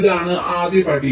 ഇതാണ് ആദ്യപടി